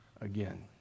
again